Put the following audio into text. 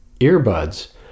earbuds